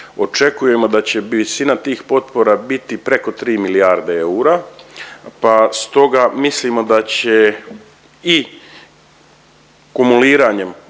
očekujemo da će visina tih potpora biti preko tri milijarde eura, pa stoga mislimo da će i kumuliranjem